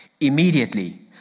immediately